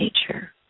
nature